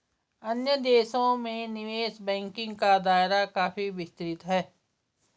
अन्य देशों में निवेश बैंकिंग का दायरा काफी विस्तृत है